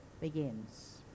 begins